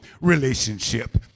relationship